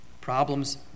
problems